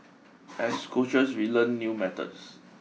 as coaches we learn new methods